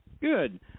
Good